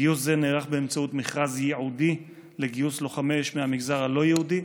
גיוס זה נערך באמצעות מכרז ייעודי לגיוס לוחמי אש מהמגזר הלא-יהודי,